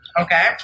Okay